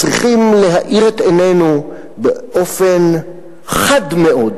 צריכים להאיר את עינינו באופן חד מאוד,